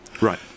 Right